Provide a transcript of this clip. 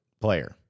player